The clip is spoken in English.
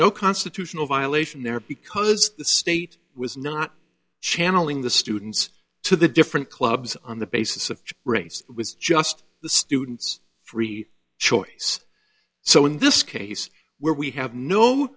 no constitutional violation there because the state was not channeling the students to the different clubs on the basis of race was just the student's free choice so in this case where we have no